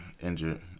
injured